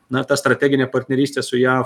na ta strateginė partnerystė su jav